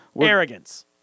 Arrogance